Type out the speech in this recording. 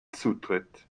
zutritt